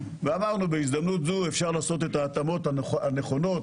ואמרנו שבהזדמנות זו אפשר לעשות את ההתאמות הנכונות,